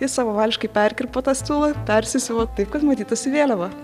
jis savavališkai perkirpo tą stulą pesisiuvo taip kad matytųsi vėliava